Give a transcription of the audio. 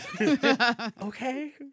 Okay